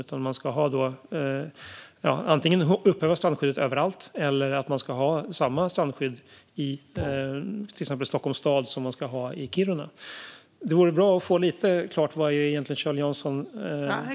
Ska man antingen upphäva strandskyddet överallt eller ha samma strandskydd i till exempel Stockholms stad som i Kiruna? Det vore bra att få klart vad det är Kjell Jansson syftar till.